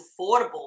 affordable